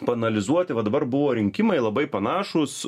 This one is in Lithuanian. paanalizuoti va dabar buvo rinkimai labai panašūs